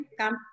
come